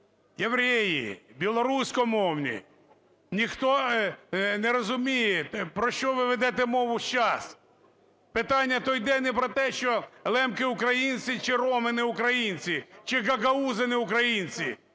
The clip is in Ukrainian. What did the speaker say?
євреї, білоруськомовні – ніхто не розуміє, про що ви ведете мову сейчас. Питання то йде не про те, що лемки – українці, чи роми – не українці, чи гагаузи – не українці,